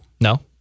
No